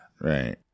right